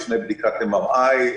לפני בדיקת MRI,